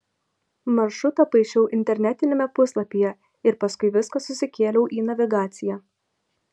maršrutą paišiau internetiniame puslapyje ir paskui viską susikėliau į navigaciją